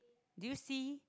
do you see